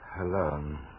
alone